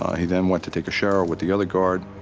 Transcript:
he then went to take a shower with the other guard.